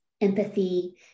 empathy